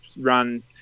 run